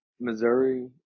Missouri